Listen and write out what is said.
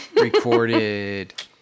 recorded